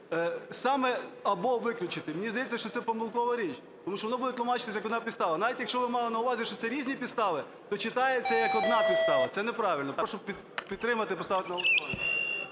саме "або" виключити. Мені здається, що це помилкова річ, тому що воно буде тлумачитися як одна підстава. Навіть якщо ви мали на увазі, що це різні підстави, то читається як одна підстава, це неправильно. Прошу підтримати і поставити на